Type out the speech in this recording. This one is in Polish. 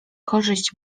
korzyść